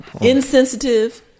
insensitive